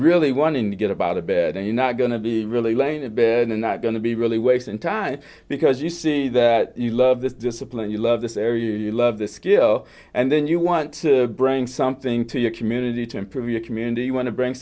really wanting to get about a bit and you're not going to be really laying in bed and not going to be really wasting time because you see that you love this discipline you love this area you love the skill and then you want to bring something to your community to improve your community you want to bring